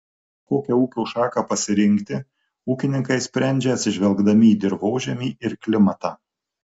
kokią ūkio šaką pasirinkti ūkininkai sprendžia atsižvelgdami į dirvožemį ir klimatą